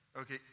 Okay